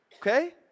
okay